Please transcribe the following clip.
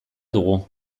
dugu